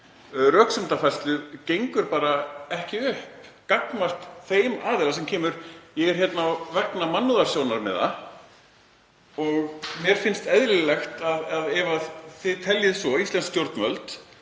gengur bara ekki upp gagnvart þeim aðila sem segir: Ég er hérna vegna mannúðarsjónarmiða og mér finnst eðlilegt að ef þið teljið svo, íslensk stjórnvöld,